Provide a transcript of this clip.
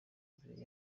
imbere